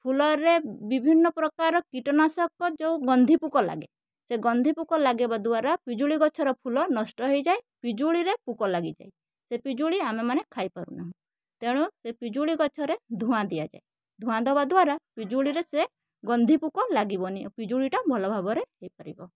ଫୁଲରେ ବିଭିନ୍ନ ପ୍ରକାର କୀଟନାଶକ ଯେଉଁ ଗନ୍ଧି ପୋକ ଲାଗେ ସେ ଗନ୍ଧିପୋକ ଲାଗିବା ଦ୍ବାରା ପିଜୁଳି ଗଛ ର ଫୁଲ ନଷ୍ଟ ହେଇଯାଏ ପିଜୁଳିରେ ପୋକ ଲାଗିଯାଏ ସେ ପିଜୁଳି ଆମେ ମାନେ ଖାଇପାରୁ ନାହୁଁ ତେଣୁ ସେ ପିଜୁଳି ଗଛରେ ଧୂଆଁ ଦିଆଯାଏ ଧୂଆଁ ଦବା ଦ୍ବାରା ପିଜୁଳିରେ ସେ ଗନ୍ଧିପୋକ ଲାଗିବନି ପିଜୁଳି ଟା ଭଲ ଭାବରେ ହେଇପାରିବ